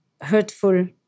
hurtful